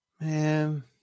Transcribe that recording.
Man